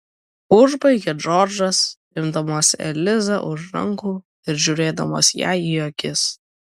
užbaigė džordžas imdamas elizą už rankų ir žiūrėdamas jai į akis